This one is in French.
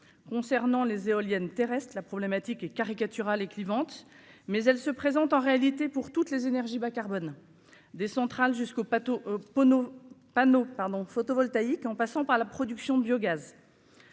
concernant les éoliennes terrestres, la problématique est caricatural et clivante mais elle se présente en réalité pour toutes les énergies bas carbone des centrales jusqu'au pathos panneaux panneaux pardon photovoltaïque en passant par la production de biogaz.